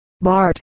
Bart